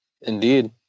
indeed